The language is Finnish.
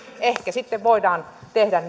ehkä sitten voidaan tehdä